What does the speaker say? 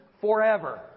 forever